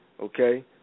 okay